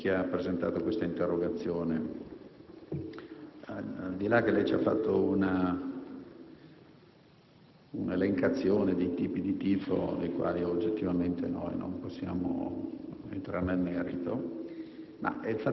chi ha presentato questa interrogazione. Al di là del fatto che lei ci ha fatto un'elencazione dei tipi di tifo (rispetto ai quali oggettivamente non possiamo entrare nel merito),